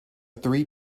three